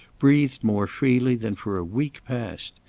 breathed more freely than for a week past.